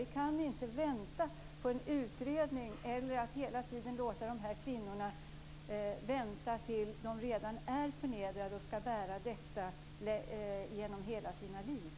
Vi kan inte vänta på en utredning eller hela tiden låta de här kvinnorna vänta tills de redan är förnedrade och skall bära detta genom hela livet.